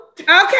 Okay